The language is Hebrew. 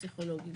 פסיכולוגים,